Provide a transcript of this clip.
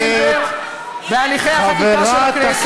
סליחה,